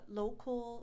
local